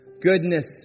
goodness